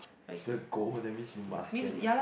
the goal that means you must get it